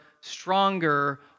stronger